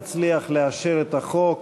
נצליח לאשר את החוק